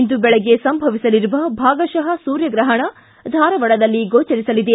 ಇಂದು ಬೆಳಗ್ಗೆ ಸಂಭವಿಸಲಿರುವ ಭಾಗಶಃ ಸೂರ್ಯಗ್ರಹಣ ಧಾರವಾಡದಲ್ಲಿ ಗೋಚರಿಸಲಿದೆ